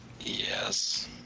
Yes